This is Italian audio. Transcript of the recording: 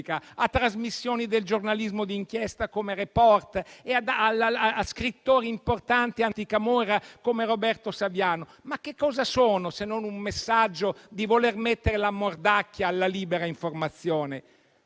a trasmissioni del giornalismo di inchiesta come «Report» e a importanti scrittori anticamorra come Roberto Saviano. Cosa sono questi, se non messaggi di voler mettere la mordacchia alla libera informazione?